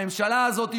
הממשלה הזאת,